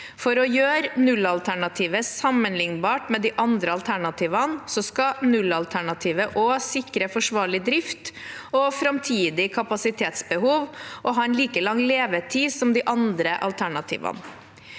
For å gjøre nullalternativet sammenlignbart med de andre alternativene, skal nullalternativet også sikre forsvarlig drift og framtidig kapasitetsbehov og ha en like lang levetid som de andre alternativene.